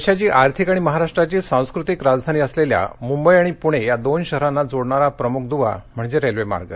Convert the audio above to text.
देशाची आर्थिक आणि महाराष्ट्राची सांस्कृतिक राजधानी असलेल्या मुंबई आणि पूणे या दोन शहरांना जोडणारा प्रमुख दुवा म्हणजे रेल्वे मार्ग